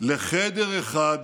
לחדר אחד